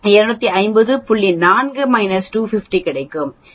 4 250 கிடைக்கும் அது எனக்கு 0